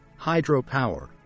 hydropower